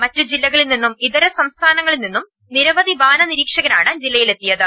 മറ്റ് ജില്ലകളിൽ നിന്നും ഇതര സംസ്ഥാനങ്ങളിൽ നിന്നും നിരവധി വാന നിരീക്ഷകരാണ് ജില്ല യിൽ എത്തിയത്